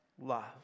love